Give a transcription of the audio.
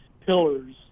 pillars